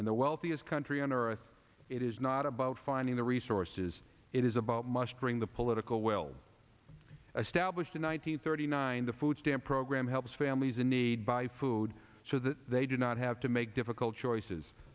and the wealthiest country on earth it is not about finding the resources it is about must bring the political will a stablished in one hundred thirty nine the food stamp program helps families in need buy food so that they do not have to make difficult choices